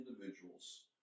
individuals